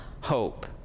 hope